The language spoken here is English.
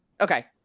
Okay